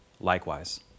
likewise